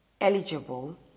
eligible